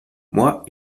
moi